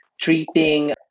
treating